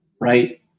Right